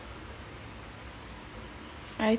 I